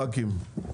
עכשיו חה"כים,